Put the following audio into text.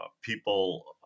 people